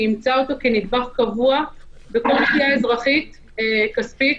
אימצה אותו כנדבך קבוע בכל תביעה אזרחית כספית